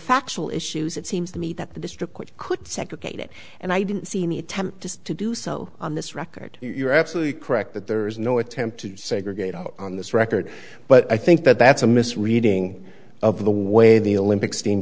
factual issues it seems to me that the district court could segregated and i didn't see any attempt to do so on this record you're absolutely correct that there is no attempt to segregate on this record but i think that that's a misreading of the way the olympic steam